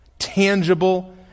Tangible